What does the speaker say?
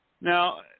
Now